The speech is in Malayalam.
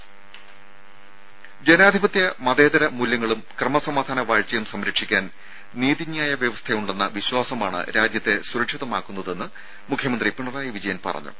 രുര ജനാധിപത്യ മതേതര മൂല്യങ്ങളും ക്രമസമാധാന വാഴ്ചയും സംരക്ഷിക്കാൻ നീതിന്യായ വ്യവസ്ഥയുണ്ടെന്ന വിശ്വാസമാണ് രാജ്യത്തെ സുരക്ഷിതമാക്കുന്നതെന്ന് മുഖ്യമന്ത്രി പിണറായി വിജയൻ പറഞ്ഞു